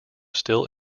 still